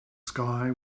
sky